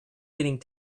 getting